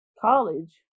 college